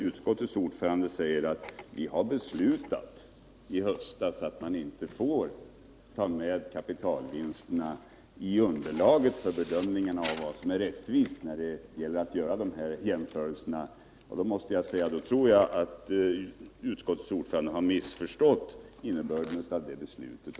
Utskottets ordförande säger att vi i höstas beslöt att man inte skulle ta med kapitalvinsterna i underlaget för en bedömning av vad som är rättvist. Han har missförstått innebörden av beslutet.